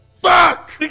FUCK